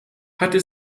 hatte